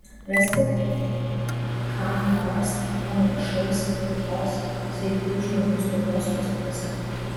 raskit ką nors panašaus kitos sveikų žmonių spaudos puslapiuose